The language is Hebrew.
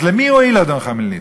אז למי הועיל אדון חמלניצקי?